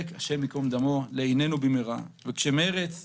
אני מתכבד לפתוח את ישיבת הוועדה ומודה לכל חברי הכנסת